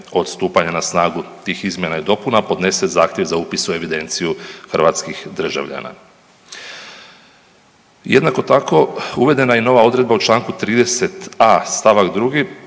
od stupanja na snagu tih izmjena i dopuna podnese zahtjev za upis u evidenciju hrvatskih državljana. Jednako tako, uvedena je i nova odredba u čl. 30a st. 2.